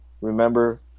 remember